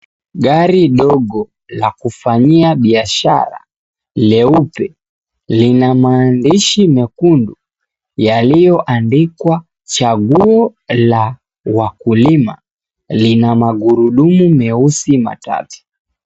Gari dogo la kufanyia biashara leupe lina maandishi mekundu yaliyoandikwa chaguo la wakulima lina magurudumu meusi matatu.